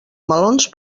melons